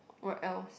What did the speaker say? what else